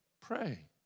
pray